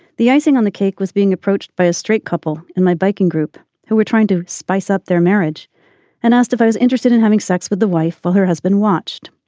the icing on the cake was being approached by a straight couple in my baking group who were trying to spice up their marriage and asked if i was interested in having sex with the wife while her husband watched.